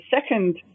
second